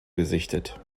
gesichtet